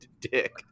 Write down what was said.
dick